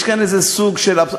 יש כאן איזה סוג של אבסורד,